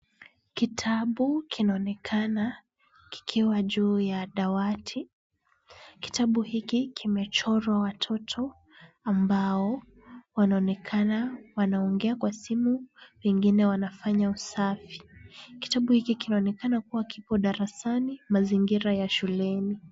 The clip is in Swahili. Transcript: Kitabu kinaonekana kikiwa juu ya dawati, kitabu hiki kimechorwa watoto ambao wanaonekana wanaongea kwa simu wengine wanafanya usafi. Kitabu hiki kinaonekana kuwa kiko darasani mazingira ya shuleni.